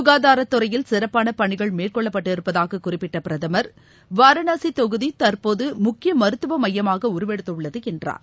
களதாரத்துறையில் சிறப்பான பனிகள் மேற்கொள்ளப்பட்டிருப்பதாக குறிப்பிட்ட பிரதமர் வாரணாசி தொகுதி தற்போது முக்கிய மருத்துவ மையமாக உருவெடுத்துள்ளது என்றார்